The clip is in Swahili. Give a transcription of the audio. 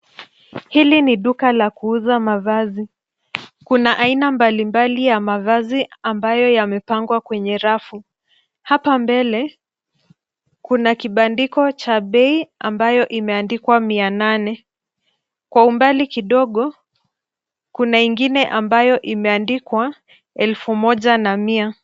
Hili ni duka la kuuza mavazi. Kuna aina mbalimbali ya mavazi ambayo yamepangwa kwenye rafu. Hapa mbele, kuna kibandiko cha bei ambayo imeandikwa mia nane. kwa umbali kidogo, kuna ingine ambayo imeandikwa elfu moja na mia.